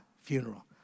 funeral